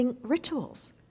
rituals